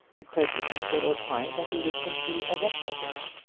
the clergyman would opine that he was simply a reprobate.